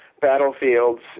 battlefields